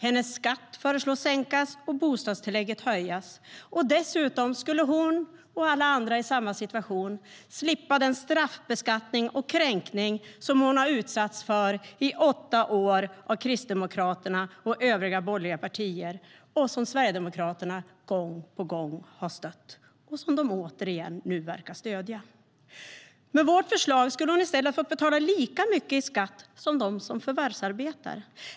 Hennes skatt föreslås sänkas och bostadstillägget höjas. Dessutom skulle hon och alla andra i samma situation slippa den straffbeskattning och kränkning som hon har utsatts för i åtta år av Kristdemokraterna och övriga borgerliga partier och som Socialdemokraterna gång på gång har stött och som de återigen nu verkar stödja. Med vårt förslag skulle hon i stället ha fått betala lika mycket i skatt som de som förvärvsarbetar.